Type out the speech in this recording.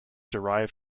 derived